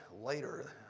later